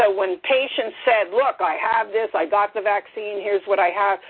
ah when patients said, look, i have this. i got the vaccine, here's what i have.